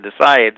decide